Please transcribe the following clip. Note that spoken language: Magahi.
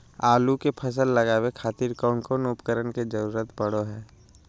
आलू के फसल लगावे खातिर कौन कौन उपकरण के जरूरत पढ़ो हाय?